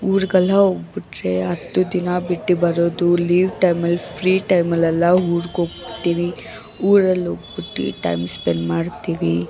ಊರ್ಗೆಲ್ಲ ಹೋಗ್ಬಿಟ್ರೆ ಹತ್ತು ದಿನ ಬಿಟ್ಟು ಬರೋದು ಲೀವ್ ಟೈಮಲ್ಲಿ ಫ್ರೀ ಟೈಮಲ್ಲೆಲ್ಲ ಊರ್ಗೋತ್ತೀವಿ ಊರಲ್ಲೋಗ್ಬಿಟ್ಟು ಟೈಮ್ ಸ್ಪೆಂಡ್ ಮಾಡ್ತೀವಿ